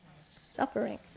suffering